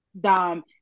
Dom